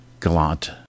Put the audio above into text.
gallant